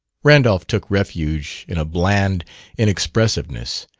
randolph took refuge in a bland inexpressiveness.